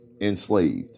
enslaved